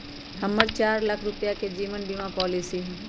हम्मर चार लाख रुपीया के जीवन बीमा पॉलिसी हई